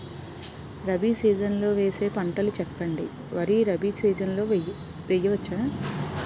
Rabi season లో వేసే పంటలు చెప్పండి? వరి రబీ సీజన్ లో వేయ వచ్చా?